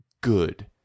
good